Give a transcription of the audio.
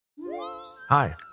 Hi